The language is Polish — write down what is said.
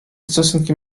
stosunki